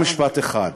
רק משפט אחד,